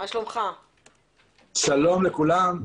שלום לכולם.